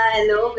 Hello